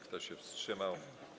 Kto się wstrzymał?